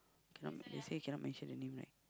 cannot they say cannot mention the name right